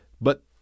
but-